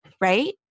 Right